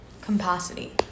capacity